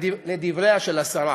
לדבריה של השרה.